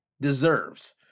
deserves